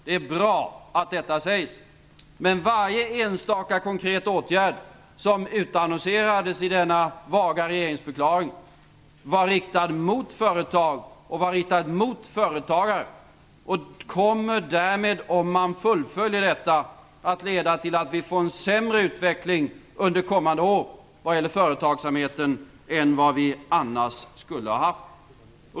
Det är bra att det sägs, men varje enstaka konkret åtgärd som utannonserades i den vaga regeringsförklaringen var riktad mot företag och riktad mot företagare och kommer därmed, om de fullföljs, att leda till att vi får en sämre utveckling under kommande år vad gäller företagsamheten än vad vi annars skulle ha haft.